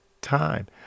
time